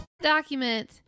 Document